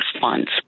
funds